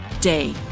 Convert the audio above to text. day